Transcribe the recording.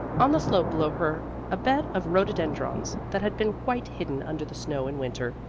on the slope below her a bed of rhododendrons that had been quite hidden under the snow in winter,